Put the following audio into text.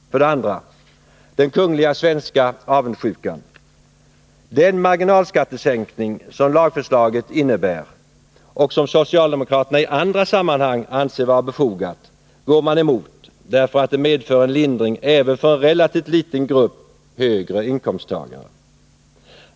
2. Den kungliga svenska avundsjukan. Den marginalskattesänkning som lagförslaget innebär och som socialdemokraterna i andra sammanhang anser vara befogad går man emot, därför att det medför en lindring även för en relativt liten grupp högre inkomsttagare.